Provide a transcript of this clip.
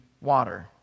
water